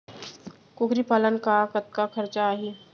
कुकरी पालन म कतका खरचा आही?